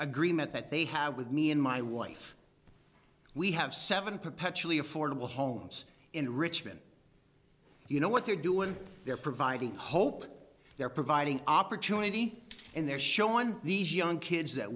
agreement that they have with me and my wife we have seven perpetually affordable homes in richmond you know what they're doing they're providing hope they're providing opportunity and their show on these young kids that